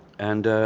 and